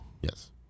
Yes